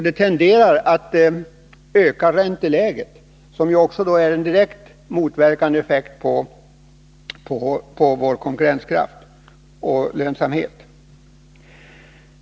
Det tenderar också att öka ränteläget, vilket också får en direkt motverkande effekt på vår konkurrenskraft och lönsamhet.